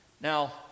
Now